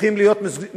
הופכים להיות מוזיאונים,